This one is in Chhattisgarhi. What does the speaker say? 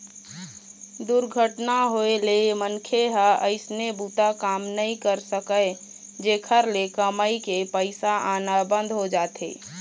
दुरघटना होए ले मनखे ह अइसने बूता काम नइ कर सकय, जेखर ले कमई के पइसा आना बंद हो जाथे